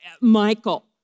Michael